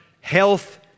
health